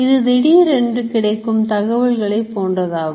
இது திடீரென்று கிடைக்கும் தகவல்களை போன்றதாகும்